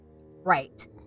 Right